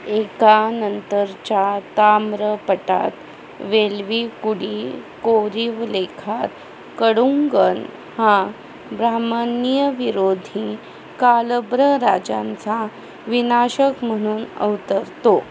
एका नंतरच्या ताम्रपटात वेल्विकुडी कोरीवलेखात कडुंगन हा ब्राह्मण्यविरोधी कालभ्र राजांचा विनाशक म्हणून अवतरतो